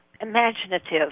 imaginative